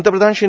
पंतप्रधान श्री